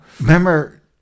Remember